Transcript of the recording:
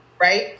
right